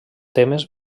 temes